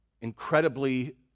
incredibly